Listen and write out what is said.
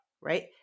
right